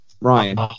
Ryan